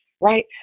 right